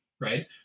right